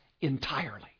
entirely